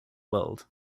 world